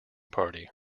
party